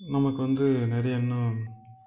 நமக்கு வந்து நிறையா இன்னும்